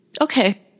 Okay